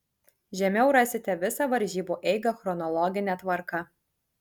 žemiau rasite visą varžybų eigą chronologine tvarka